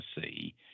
see